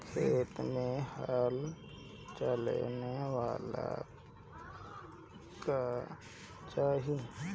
खेत मे हल चलावेला का चाही?